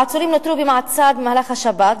העצורים נותרו במעצר במהלך השבת,